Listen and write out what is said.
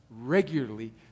regularly